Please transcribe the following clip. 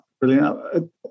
Brilliant